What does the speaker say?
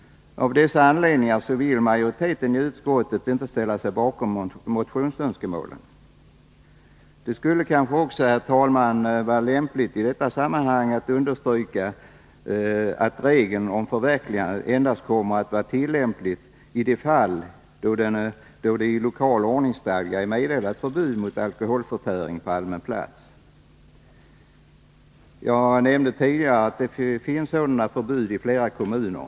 Av dessa anledningar vill majoriteten i utskottet inte ställa sig bakom motionsyrkandena. Det kan kanske också, herr talman, vara lämpligt att i detta sammanhang understryka att regeln om förverkande av sprit endast kommer att vara tillämplig i de fall då det i lokal ordningsstadga är meddelat förbud mot alkoholförtäring på allmän plats. Jag nämnde tidigare att det förekommer sådana förbud i flera kommuner.